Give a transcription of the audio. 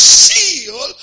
seal